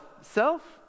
Self